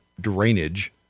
drainage